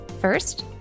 First